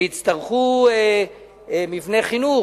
ויצטרכו מבני חינוך,